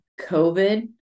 COVID